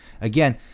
Again